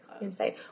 insane